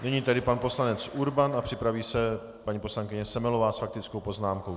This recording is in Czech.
Nyní tedy pan poslanec Urban a připraví se paní poslankyně Semelová s faktickou poznámkou.